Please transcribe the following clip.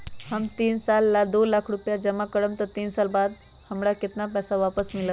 हम तीन साल ला दो लाख रूपैया जमा करम त तीन साल बाद हमरा केतना पैसा वापस मिलत?